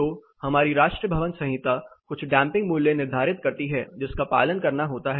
तो हमारी राष्ट्रीय भवन संहिता कुछ डैंपिंग मूल्य निर्धारित करती है जिसका पालन करना होता है